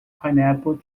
pineapple